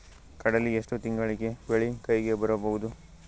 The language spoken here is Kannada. ಕಡಲಿ ಎಷ್ಟು ತಿಂಗಳಿಗೆ ಬೆಳೆ ಕೈಗೆ ಬರಬಹುದು?